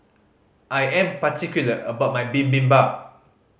I am particular about my Bibimbap